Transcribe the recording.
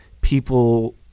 people